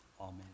Amen